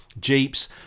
Jeeps